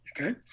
okay